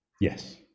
yes